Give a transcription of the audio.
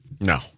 No